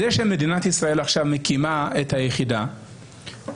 זה שמדינת ישראל מקימה את היחידה עכשיו,